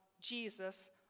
Jesus